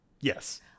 Yes